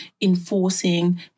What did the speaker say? enforcing